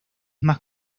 más